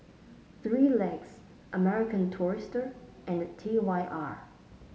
Three Legs American Tourister and T Y R